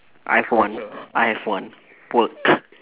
I have one I have one work